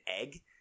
egg